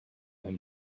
him